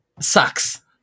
sucks